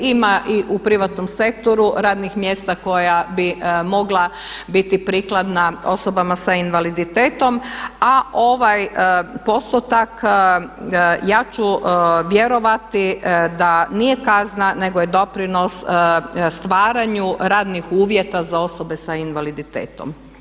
Ima i u privatnom sektoru radnih mjesta koja bi mogla biti prikladna osobama sa invaliditetom, a ovaj postotak ja ću vjerovati da nije kazna nego je doprinos stvaranju radnih uvjeta za osobe sa invaliditetom.